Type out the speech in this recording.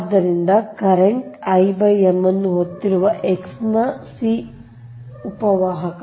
ಆದ್ದರಿಂದ current I m ಅನ್ನು ಹೊತ್ತಿರುವ X ನ c ಉಪ ವಾಹಕ